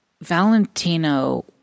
Valentino